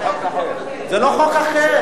זה לא חוק אחר.